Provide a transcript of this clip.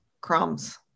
crumbs